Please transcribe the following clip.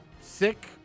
sick